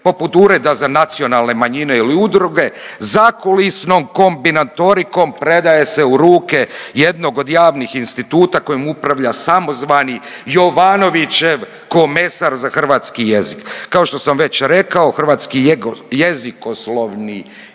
poput Ureda za nacionalne manjine ili udruge, zakulisnom kombinatorikom predaje se u ruke jednog od javnih instituta kojem upravlja samozvani Jovanovićev komesar za hrvatski jezik. Kao što sam već rekao hrvatski jezikoslovni